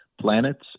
planets